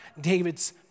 David's